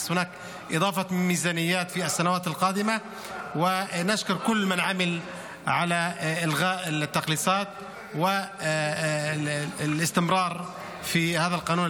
הנושא הבא על סדר-היום: הצעת חוק רכבת תחתית (מטרו) (תיקון מס' 4),